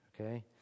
okay